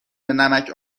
نمک